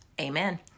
Amen